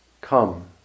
Come